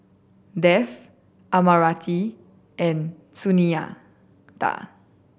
Dev Amartya and Sunita